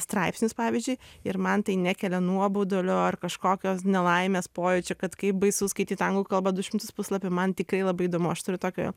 straipsnius pavyzdžiui ir man tai nekelia nuobodulio ar kažkokios nelaimės pojūčio kad kaip baisu skaityt anglų kalba du šimtus puslapių man tikrai labai įdomu aš turiu tokio